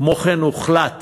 כמו כן, הוחלט